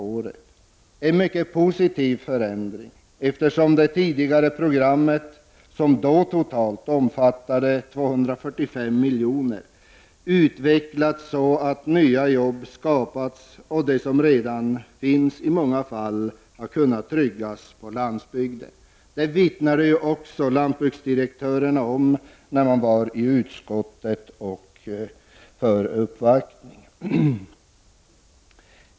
Det är en mycket positiv förändring, eftersom det tidigare programmet, som totalt omfattar 245 milj.kr., utvecklats så att nya jobb på landsbygden skapas samtidigt som befintliga jobb i många fall kan tryggas. Detta vittnade också lantbruksdirektörerna om när de uppvaktade utskottet.